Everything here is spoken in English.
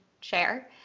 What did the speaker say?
share